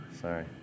sorry